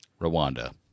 Rwanda